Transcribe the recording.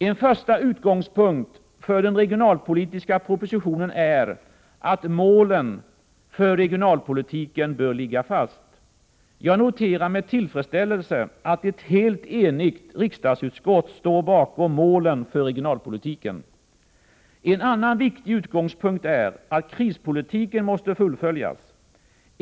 En första utgångspunkt för den regionalpolitiska propositionen är att målen för regionalpolitiken bör ligga fast. Jag noterar med tillfredsställelse att ett helt enigt utskott står bakom målen för regionalpolitiken. En annan viktig utgångspunkt är att krispolitiken måste fullföljas.